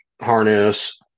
harness